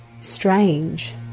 strange